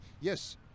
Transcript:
Yes